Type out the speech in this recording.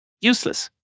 useless